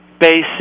basic